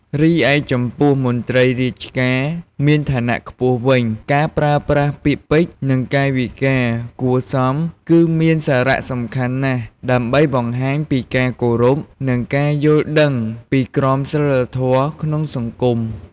រីឯចំពោះ មន្ត្រីរាជការមានឋានៈខ្ពស់ វិញ ការប្រើប្រាស់ពាក្យពេចន៍ និងកាយវិការគួរសម គឺមានសារៈសំខាន់ណាស់ ដើម្បីបង្ហាញពីការគោរព និងការយល់ដឹងពីក្រមសីលធម៌ក្នុងសង្គម។